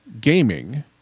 gaming